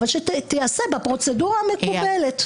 תיישם אותה בפרוצדורה המקובלת.